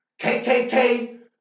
KKK